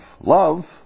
love